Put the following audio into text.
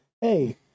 Hey